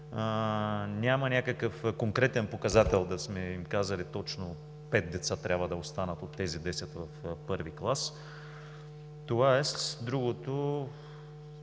Няма някакъв конкретен показател да сме им казали – точно пет деца трябва да останат от тези десет в първи клас. По-следващата